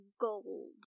Gold